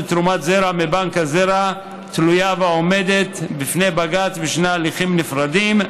תרומת זרע מבנק הזרע תלויה ועומדת בפני בג"ץ בשני הליכים נפרדים,